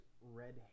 red